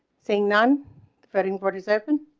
seeing none that import is open